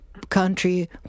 country